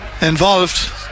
involved